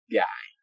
guy